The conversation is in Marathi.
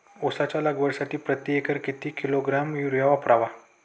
उसाच्या लागवडीसाठी प्रति एकर किती किलोग्रॅम युरिया वापरावा?